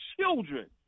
children